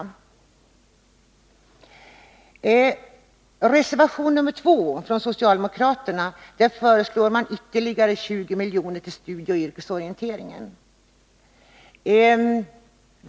I reservation 2 föreslår socialdemokraterna att ytterligare 20 milj.kr. anslås till studieoch yrkesorientering.